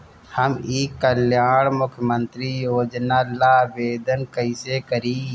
हम ई कल्याण मुख्य्मंत्री योजना ला आवेदन कईसे करी?